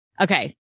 Okay